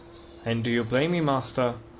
and do you blame me, master?